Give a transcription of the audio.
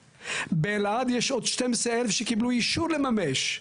באלעד יש עוד 12,000 שקיבלו אישור לממש,